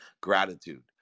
gratitude